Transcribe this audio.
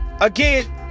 Again